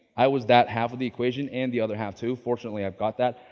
i was that half of the equation and the other half too. fortunately, i've got that.